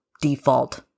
default